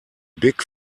big